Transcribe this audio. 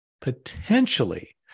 potentially